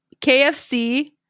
KFC